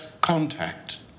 contact